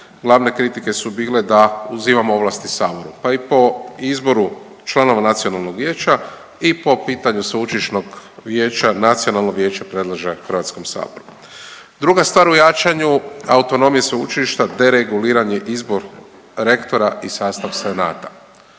glavne kritike su bile da uzimamo ovlasti saboru, pa i po izboru članova nacionalnog vijeća i po pitanju sveučilišnog vijeća, nacionalnog vijeća predlaže HS. Druga stvar u jačanju autonomije sveučilišta dereguliran je izbor rektora i sastav senata